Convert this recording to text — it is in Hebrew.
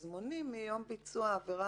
אז מונים מיום ביצוע העבירה